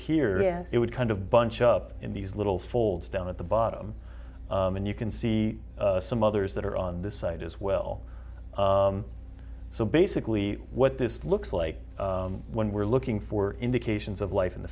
then it would kind of bunch up in these little folds down at the bottom and you can see some others that are on this site as well so basically what this looks like when we're looking for indications of life in the